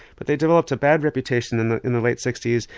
but they developed a bad reputation in the in the late sixty s,